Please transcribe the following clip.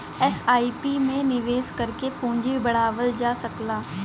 SIP में निवेश करके पूंजी बढ़ावल जा सकला